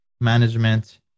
management